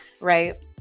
Right